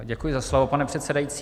Děkuji za slovo, pane předsedající.